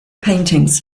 paintings